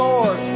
Lord